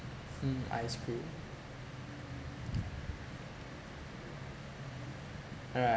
mm ice cream alright